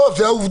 לא, זה העובדות.